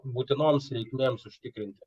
būtinoms reikmėms užtikrinti